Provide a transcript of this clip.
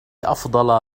أفضل